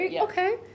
Okay